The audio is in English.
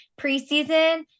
Preseason